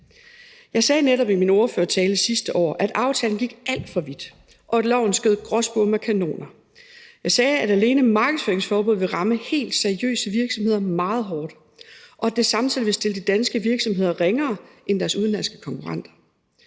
Jeg sagde netop i min ordførertale sidste år, at aftalen gik alt for vidt, og at loven skød gråspurve med kanoner. Jeg sagde, at alene markedsføringsforbuddet ville ramme helt seriøse virksomheder meget hårdt, og at det samtidig ville stille de danske virksomheder ringere end deres udenlandske konkurrenter.